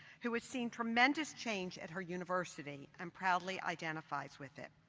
who has seen tremendous change at her university and proudly identifies with it.